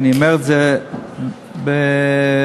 ואני אומר את זה לא בזלזול.